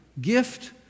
gift